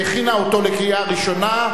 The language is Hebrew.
שהכינה אותו לקריאה ראשונה,